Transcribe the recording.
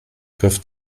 griff